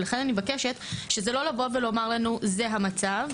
ולכן אני מבקשת, שזה לא לבוא ולומר לנו זה המצב.